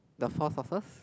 the four sources